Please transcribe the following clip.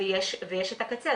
יש את הקצה.